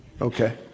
Okay